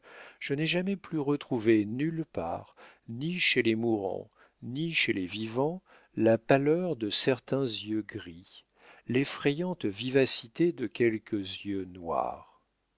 je n'ai jamais pu retrouver nulle part ni chez les mourants ni chez les vivants la pâleur de certains yeux gris l'effrayante vivacité de quelques yeux noirs